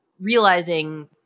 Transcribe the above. realizing